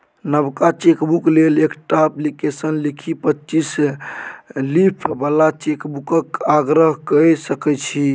नबका चेकबुक लेल एकटा अप्लीकेशन लिखि पच्चीस लीफ बला चेकबुकक आग्रह कए सकै छी